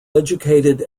educated